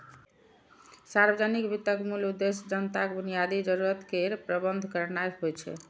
सार्वजनिक वित्तक मूल उद्देश्य जनताक बुनियादी जरूरत केर प्रबंध करनाय होइ छै